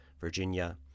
Virginia